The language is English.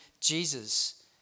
Jesus